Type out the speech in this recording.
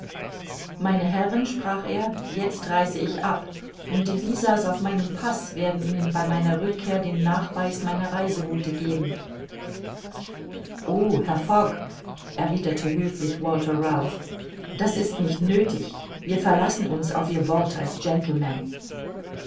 meine herren sprach er jetzt reise ich ab und die visa's auf meinem paß werden ihnen bei meiner rückkehr den nachweis meiner reiseroute geben o herr fogg erwiderte höflich walther ralph das ist nicht nöthig wir verlassen uns auf ihr wort als gentleman